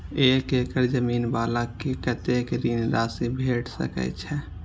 एक एकड़ जमीन वाला के कतेक ऋण राशि भेट सकै छै?